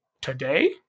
today